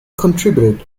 contributed